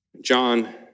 John